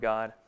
God